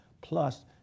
plus